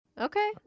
Okay